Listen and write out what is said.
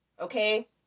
Okay